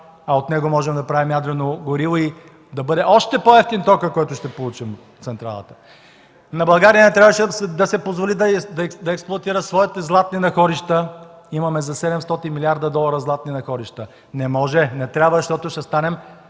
а от него можем да правим ядрено гориво и да бъде още по-евтин токът, който ще получим в централата. На България не трябваше да се позволи да експлоатира своите златни находища – имаме за 700 милиарда долара златни находища. Не може, не трябва, защото ще станем